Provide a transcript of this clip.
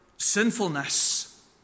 Sinfulness